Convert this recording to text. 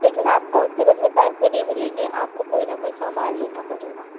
लेकिन आपको उसके बदले पैसे नहीं मिलेंगे आपको कोई ना कोई सामान लेना पड़ेगा